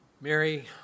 Mary